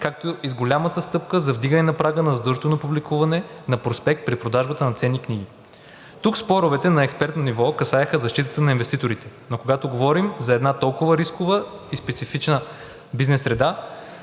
както и с голямата стъпка за вдигане на прага на задължително публикуване на проспект при продажбата на ценни книги. Тук споровете на експертно ниво касаеха защитата на инвеститорите. Но когато говорим за една толкова рискова и специфична бизнес среда,